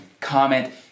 comment